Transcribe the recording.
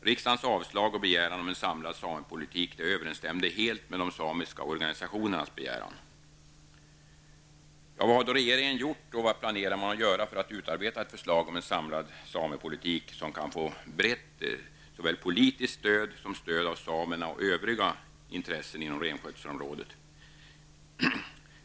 Riksdagens avslag och begäran om en samlad samepolitik överensstämde helt med de samiska organisationernas begäran. Vad har då regeringen gjort och vad planerar man att göra för att utarbeta ett förslag om en samlad samepolitik som kan få brett såväl politiskt stöd som stöd av samerna och övriga intressen inom renskötselområdet?